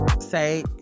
say